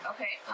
Okay